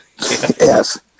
Yes